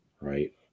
right